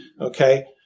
Okay